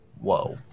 Whoa